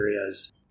areas